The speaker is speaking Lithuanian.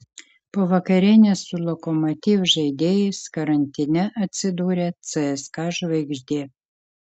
po vakarienės su lokomotiv žaidėjais karantine atsidūrė cska žvaigždė